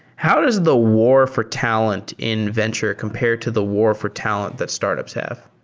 how does the war for talent in venture compared to the war for talent that startups have?